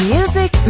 Music